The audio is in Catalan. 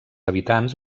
habitants